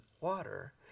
water